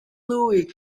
louie